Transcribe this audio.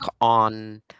on